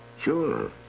Sure